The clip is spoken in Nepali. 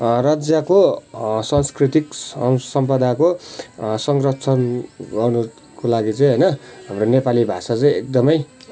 राज्यको संस्कृतिक सम्पदाको संरक्षण गर्नुको लागी चाहिँ होइन हाम्रो नेपाली भाषा चाहिँ एकदमै